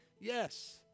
Yes